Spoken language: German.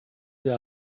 der